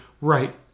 Right